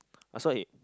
I saw him